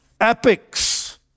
epics